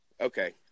Okay